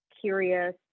curious